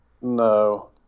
No